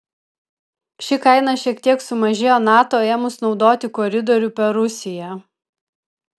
ši kaina šiek tiek sumažėjo nato ėmus naudoti koridorių per rusiją